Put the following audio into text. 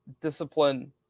discipline